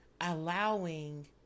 allowing